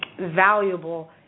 valuable